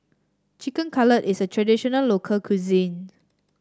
Chicken Cutlet is a traditional local cuisine